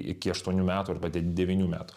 iki aštuonių metų arba de devynių metų